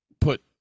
put